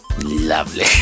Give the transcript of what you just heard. Lovely